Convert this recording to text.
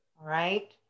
right